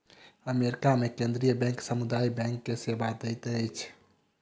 America मे केंद्रीय bank समुदाय बैंक के सेवा दैत अछि